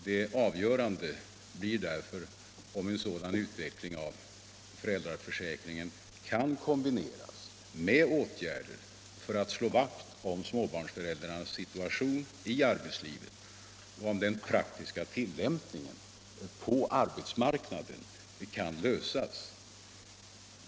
Det avgörande blir därför om en sådan utveckling av föräldraförsäkrningen kan kombineras med åtgärder för att slå vakt om småbarnsföräldrarnas situation i arbetslivet och om den praktiska tillämpningen på arbetsmarknaden kan ordnas.